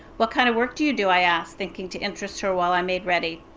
what kind of work do you do i asked, thinking to interest her while i made ready.